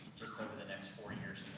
just over the next four years